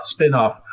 spinoff